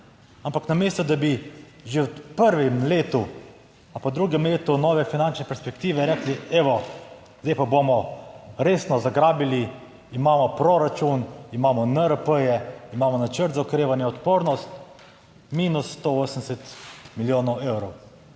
ampak namesto, da bi že v prvem letu ali pa v drugem letu nove finančne perspektive rekli, evo, zdaj pa bomo resno zagrabili, imamo proračun, imamo NRP, imamo načrt za okrevanje in odpornost, minus 180 Milijonov evrov.